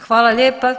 Hvala lijepa.